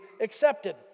accepted